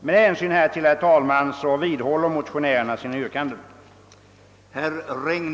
Med hänvisning till det anförda, herr talman, vidhåller motionärerna sina yrkanden.